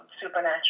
supernatural